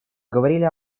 говорили